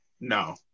No